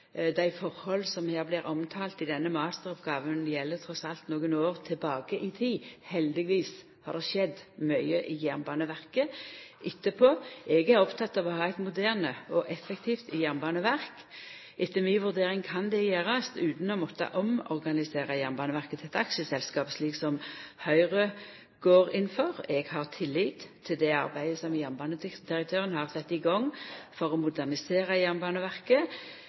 Dei tilhøva som blir omtalde i denne masteroppgåva, ligg trass alt nokre år tilbake i tid. Heldigvis har det skjedd mykje i Jernbaneverket etterpå. Eg er oppteken av å ha eit moderne og effektivt jernbaneverk. Etter mi vurdering kan det gjerast utan å måtta omorganisera Jernbaneverket til eit aksjeselskap, slik som Høgre går inn for. Eg har tillit til det arbeidet som jernbanedirektøren har sett i gang for å modernisera Jernbaneverket.